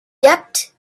debt